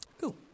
cool